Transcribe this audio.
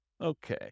Okay